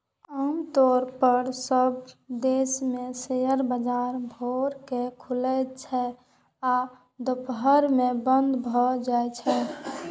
आम तौर पर सब देश मे शेयर बाजार भोर मे खुलै छै आ दुपहर मे बंद भए जाइ छै